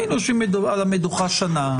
היינו יושבים על המדוכה שנה,